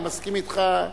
אני מסכים אתך.